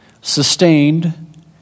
sustained